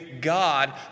God